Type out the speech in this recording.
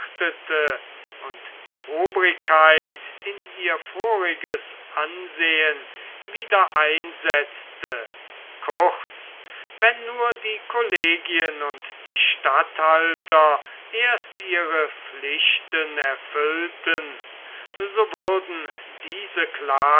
und die obrigkeit in ihr voriges ansehen wieder einsetzte kurz wenn nur die collegien und die statthalter erst ihre pflichten erfüllten so würden diese klagen